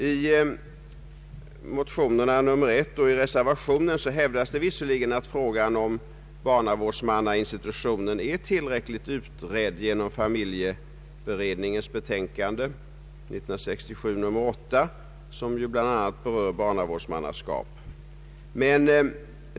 I motionerna I: 25 och II: 27 och i reservationen hävdas visserligen att frågan om barnavårdsmannainstitutionen är tillräckligt utredd genom familjeberedningens betänkande — SOU 1967: 8 — som bl.a. berör barnavårdsmannaskapet.